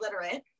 illiterate